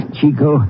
Chico